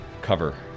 cover